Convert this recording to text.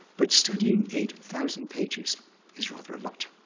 but studying eight thousand pages is rather a lot,